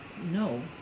no